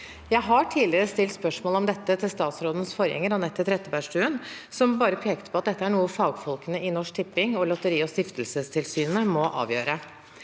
Jeg har tidligere stilt spørsmål om dette til statsrådens forgjenger, Anette Trettebergstuen, som bare pekte på at dette er noe fagfolkene i Norsk Tipping og Lotteriog stiftelsestilsynet må avgjøre.